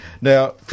Now